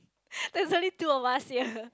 there is only two of us here